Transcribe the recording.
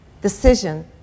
decision